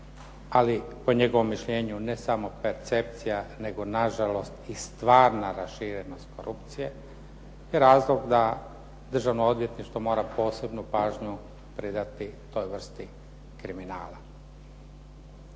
ali po njegovom mišljenju ne samo percepcija nego nažalost i stvarna raširenost korupcije. To je razlog da Državno odvjetništvo mora posebnu pažnju pridati toj vrsti kriminala.